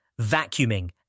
vacuuming